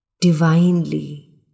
Divinely